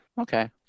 Okay